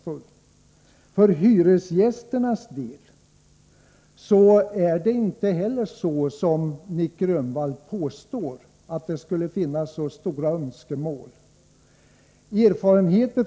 För hyresgästernas del är det inte heller så som Nic Grönvall påstår. Erfarenheterna från senare år visar att det inte finns så stora önskemål om att äga sin lägenhet.